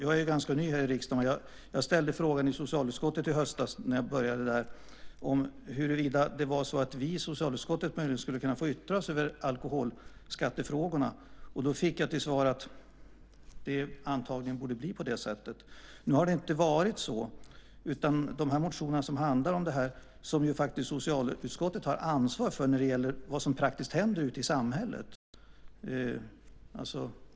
Jag är ganska ny här i riksdagen, men jag ställde frågan i socialutskottet i höstas, när jag började där, om det var så att vi i socialutskottet möjligen skulle kunna få yttra oss över alkoholskattefrågorna. Då fick jag till svar att det antagligen borde bli på det sättet. Nu har det inte varit så. Vi har inte yttrat oss över de motioner som handlar om det här. Och socialutskottet har faktiskt ansvar för det som praktiskt händer ute i samhället.